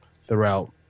throughout